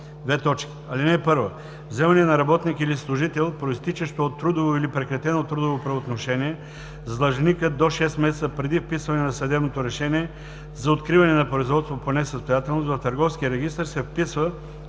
се изменя така: „(1) Вземане на работник или служител, произтичащо от трудово или прекратено трудово правоотношение с длъжника до 6 месеца преди вписване на съдебното решение за откриване на производство по несъстоятелност в търговския регистър, се вписва